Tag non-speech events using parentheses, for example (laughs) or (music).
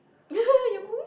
(laughs) your mood